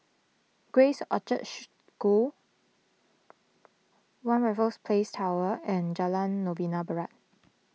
Grace Orchard School one Raffles Place Tower and Jalan Novena Barat